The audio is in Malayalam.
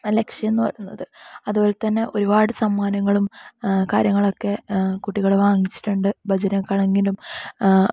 അ ലക്ഷ്യം എന്നു പറയുന്നത് അതുപോലെതന്നെ ഒരുപാട് സമ്മാനങ്ങളും കാര്യങ്ങളൊക്കെ കുട്ടികൾ വാങ്ങിച്ചിട്ടുണ്ട് ഭജനക്കാണെങ്കിലും